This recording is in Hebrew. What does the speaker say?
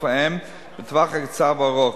בטווח הקצר והארוך.